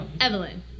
Evelyn